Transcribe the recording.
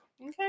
Okay